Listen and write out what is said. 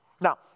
Now